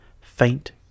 faint